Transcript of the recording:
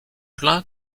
plein